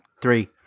Three